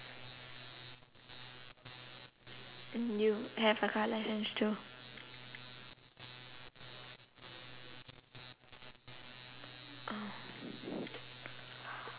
mm you have a car license too